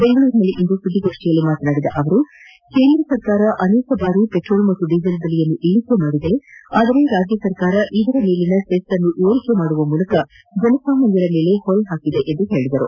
ಬೆಂಗಳೂರಿನಲ್ಲಿಂದು ಸುದ್ದಿಗೋಷ್ಟಿಯಲ್ಲಿ ಮಾತನಾಡಿದ ಅವರು ಕೇಂದ್ರ ಸರ್ಕಾರ ಅನೇಕ ಬಾರಿ ಪೆಟ್ರೋಲ್ ಮತ್ತು ಡೀಸೆಲ್ ಬೆಲೆಯನ್ನು ಇಳಿಕೆ ಮಾಡಿದೆ ಆದರೆ ರಾಜ್ಯ ಸರ್ಕಾರ ಇದರ ಮೇಲಿನ ಸೆಸ್ ಅನ್ನು ಏರಿಕೆ ಮಾಡುವ ಮೂಲಕ ಜನಸಾಮಾನ್ಯರ ಮೇಲೆ ಹೊರೆಯಾಗಿದೆ ಎಂದು ತಿಳಿಸಿದರು